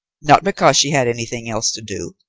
not because she had anything else to do,